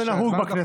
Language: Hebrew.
כך זה נהוג בכנסת.